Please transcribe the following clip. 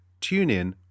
TuneIn